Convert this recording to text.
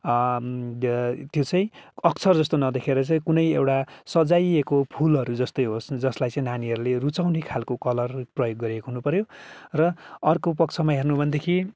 त्यो चाहिँ अक्षर जस्तो नदेखेर चाहिँ कुनै एउटा सजाइएको फुलहरू जस्तै होस् जसलाई चाहिँ नानीहरूले रुचाउने खाल्को कलर प्रयोग गरिएको हुनुपर्यो र अर्को पक्षमा हेर्नु हो भनेदेखि